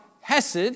hesed